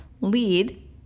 lead